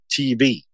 tv